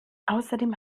außerdem